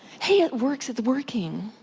hey it works. it's working.